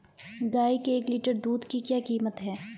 गाय के एक लीटर दूध की क्या कीमत है?